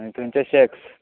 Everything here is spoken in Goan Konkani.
आनी तेंचे शॅक्श